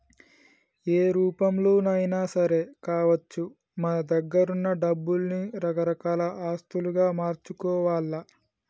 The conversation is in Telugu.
ఏ రూపంలోనైనా సరే కావచ్చు మన దగ్గరున్న డబ్బుల్ని రకరకాల ఆస్తులుగా మార్చుకోవాల్ల